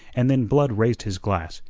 and then blood raised his glass,